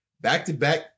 back-to-back